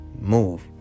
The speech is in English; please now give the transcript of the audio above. move